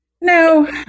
no